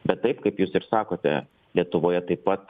bet taip kaip jūs ir sakote lietuvoje taip pat